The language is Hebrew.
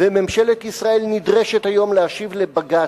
וממשלת ישראל נדרשת היום להשיב לבג"ץ.